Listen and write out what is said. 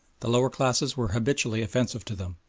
the lower classes were habitually offensive to them,